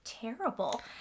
terrible